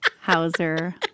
Hauser